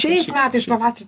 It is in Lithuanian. šiais metais pavasarį